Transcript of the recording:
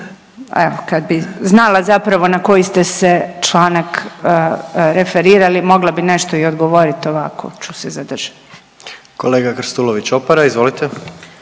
evo kad bi znala zapravo na koji ste se članak referirali mogla bi nešto i odgovorit ovako ću se zadržat. **Jandroković, Gordan